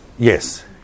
yes